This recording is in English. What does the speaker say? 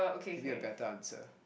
give me a better answer